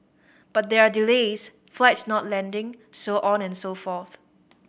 but there are delays flights not landing so on and so forth